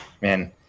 man